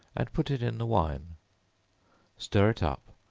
and put it in the wine stir it up,